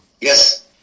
Yes